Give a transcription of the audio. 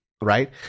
Right